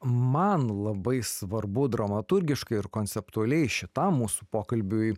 man labai svarbu dramaturgiškai ir konceptualiai šitam mūsų pokalbiui